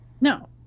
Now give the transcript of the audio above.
No